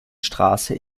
straße